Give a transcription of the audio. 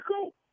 cool